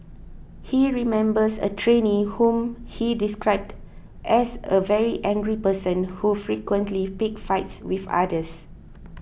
he remembers a trainee whom he described as a very angry person who frequently picked fights with others